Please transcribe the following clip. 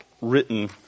written